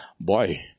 Boy